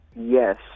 Yes